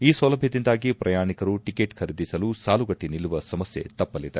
ಈ ಸೌಲಭ್ಯದಿಂದಾಗಿ ಪ್ರಯಾಣಿಕರು ಟಿಕೆಟ್ ಖರೀದಿಸಲು ಸಾಲುಗಟ್ಟಿ ನಿಲ್ಲುವ ಸಮಸ್ನೆ ತಪ್ಪಲಿದೆ